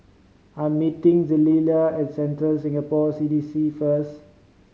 I am meeting Zelia at Central Singapore C D C first